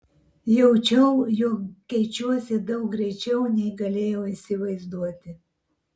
jaučiau jog keičiuosi daug greičiau nei galėjau įsivaizduoti